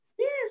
Yes